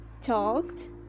Talked